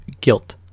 guilt